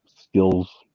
skills